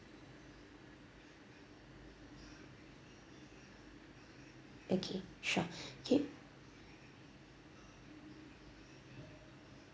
okay sure okay